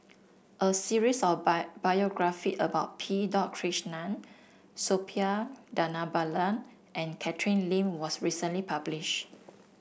a series of by biography about P dot Krishnan Suppiah Dhanabalan and Catherine Lim was recently publish